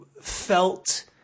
felt